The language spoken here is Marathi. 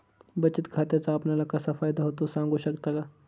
बचत खात्याचा आपणाला कसा फायदा होतो? सांगू शकता का?